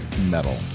metal